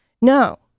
No